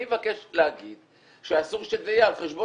אני מבקש להגיד שאסור שזה יהיה על חשבון